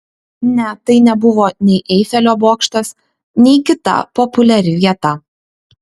ne tai nebuvo nei eifelio bokštas nei kita populiari vieta